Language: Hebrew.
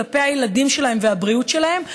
כלפי הילדים שלהם והבריאות שלהם,